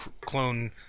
clone